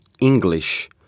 English